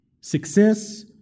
Success